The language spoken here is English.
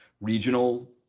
regional